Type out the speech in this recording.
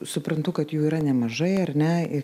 suprantu kad jų yra nemažai ar ne ir